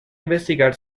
investigar